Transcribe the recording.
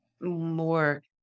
more